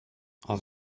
aus